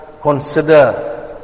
consider